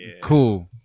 cool